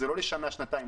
לא לשנה-שנתיים.